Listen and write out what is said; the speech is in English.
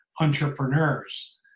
entrepreneurs